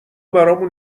برامون